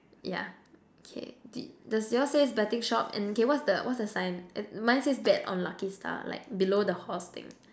yeah K d~ does yours says betting shop and K what's the what's the sign and mine says bet on lucky star like below the horse thing